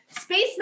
Space